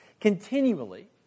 Continually